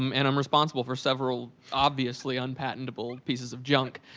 um and i'm responsible for several obviously unpatentable pieces of junk.